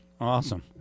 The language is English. Awesome